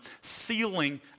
sealing